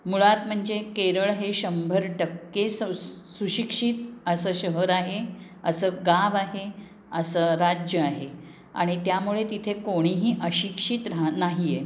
मुळात म्हणजे केरळ हे शंभर टक्के स सुशिक्षित असं शहर आहे असं गाव आहे असं राज्य आहे आणि त्यामुळे तिथे कोणीही अशिक्षित राह नाही आहे